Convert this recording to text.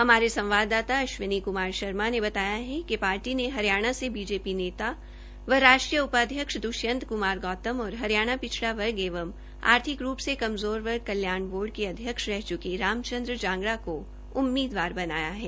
हमारे संवाददाता अश्विनी क्मार शर्मा ने बताया है कि पार्टी ने हरियाणा से बी जी पी नेता व राष्ट्रीय उपाध्यक्ष द्वष्यंत क्मार गौतम और हरियाणा पिछड़ा वर्ग एवं आर्थिक रूप से कमजोर वर्ग कल्याण बोर्ड के अध्यक्ष रह च्के रामचंद्र जांगड़ा को उम्मीदवार बनाया है